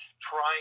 trying